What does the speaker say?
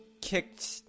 kicked